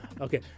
okay